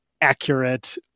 accurate